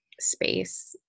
space